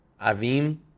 Avim